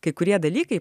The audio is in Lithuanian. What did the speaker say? kai kurie dalykai